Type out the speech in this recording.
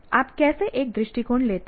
आप कैसे एक दृष्टिकोण लेते हैं